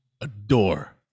adore